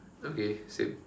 okay same